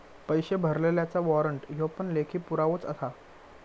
पैशे भरलल्याचा वाॅरंट ह्यो पण लेखी पुरावोच आसा